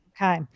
Okay